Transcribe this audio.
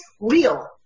real